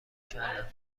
کردم